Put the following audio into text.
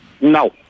No